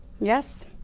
yes